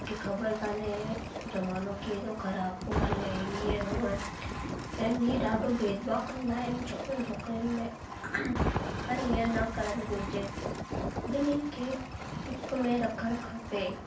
तोखे ख़बर कोन्हे जमानो कहिड़ो ख़राब पियो हले हीअं हूअं ऐं नी ॾाढो भेदभाव कंदा आहिनि छोकिरनि छोकिरियुनि में पर ईअं न करणु घुरिजे ॿिन्हीनि खे हिकु में रखणु खपे